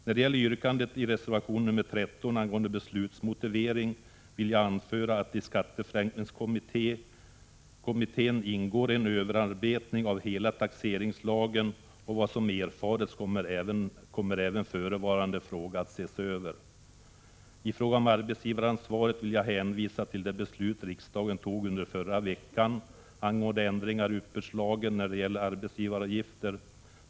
När det gäller yrkandet i reservation nr 13 angående beslutsmotivering vill jag anföra att det i skatteförenklingskommitténs uppdrag ingår en överarbetning av hela taxeringslagen, och enligt vad som erfarits kommer även förevarande fråga att ses över. I fråga om arbetsgivaransvaret vill jag hänvisa till det beslut riksdagen tog under förra veckan angående ändringar i uppbördslagen när det gäller arbetsgivaravgifter.